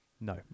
No